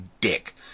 dick